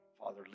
Father